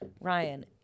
Ryan